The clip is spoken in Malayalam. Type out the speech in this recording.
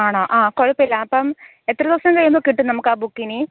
ആണോ ആ കുഴപ്പമില്ല അപ്പം എത്ര ദിവസം കഴിയുമ്പോൾ കിട്ടും നമുക്കാ ബുക്കിനി